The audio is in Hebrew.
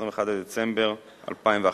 21 בדצמבר 2011,